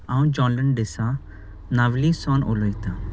हांव जॉन्डन डिसा नावली सावन उलयतां